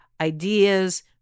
ideas